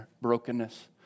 brokenness